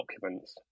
documents